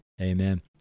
Amen